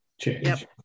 change